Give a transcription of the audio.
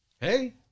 Hey